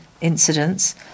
incidents